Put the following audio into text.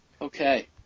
Okay